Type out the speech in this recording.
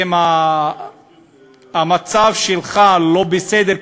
אם המצב שלך לא בסדר,